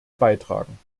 beitragen